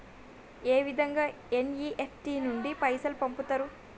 ఏ విధంగా ఎన్.ఇ.ఎఫ్.టి నుండి పైసలు పంపుతరు?